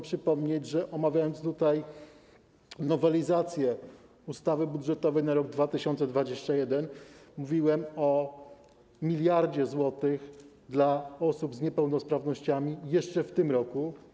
Przypomnę, że omawiając tutaj nowelizację ustawy budżetowej na rok 2021, mówiłem o 1 mld zł dla osób z niepełnosprawnościami jeszcze w tym roku.